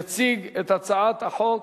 יציג את הצעת החוק